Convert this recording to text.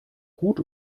gut